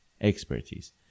expertise